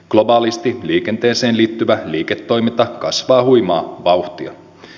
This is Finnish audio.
globaalisti liikenteeseen liittyvä liiketoiminta kasvaa huimaa vauhtia